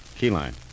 Keyline